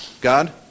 God